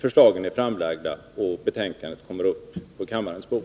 förslagen är framlagda och betänkandet kommer upp på kammarens bord.